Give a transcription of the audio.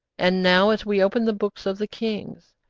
and now, as we open the books of the kings,